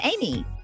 amy